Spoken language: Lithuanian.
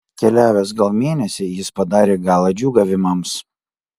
keliavęs gal mėnesį jis padarė galą džiūgavimams